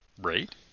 Right